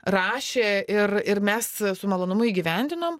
rašė ir ir mes su malonumu įgyvendinom